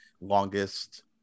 longest